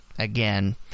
Again